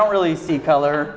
don't really see color